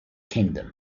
kingdom